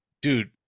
Dude